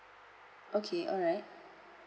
okay alright